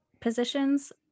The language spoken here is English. positions